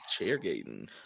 CHAIRGATING